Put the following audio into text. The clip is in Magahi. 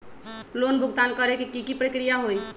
लोन भुगतान करे के की की प्रक्रिया होई?